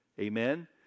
Amen